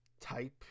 type